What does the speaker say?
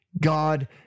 God